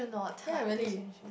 ya really